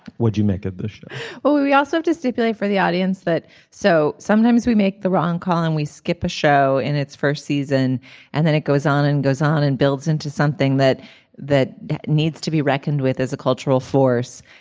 what do you make of the show well we we also just appealing for the audience that so sometimes we make the wrong call and we skip a show in its first season and then it goes on and goes on and builds into something that that that needs to be reckoned with as a cultural force.